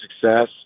success